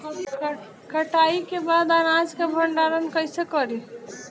कटाई के बाद अनाज का भंडारण कईसे करीं?